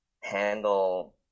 handle